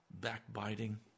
Backbiting